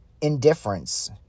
indifference